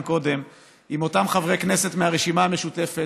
קודם עם אותם חברי כנסת מהרשימה המשותפת,